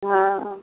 हाँ